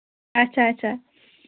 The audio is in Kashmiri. اچھا اچھا